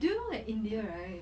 do you know that india right